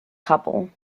couple